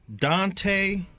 Dante